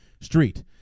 street